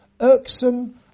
irksome